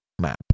Map